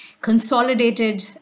consolidated